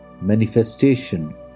manifestation